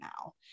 now